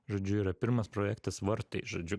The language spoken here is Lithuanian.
žodžiu yra pirmas projektas vartai žodžiu